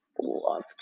love